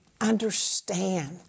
understand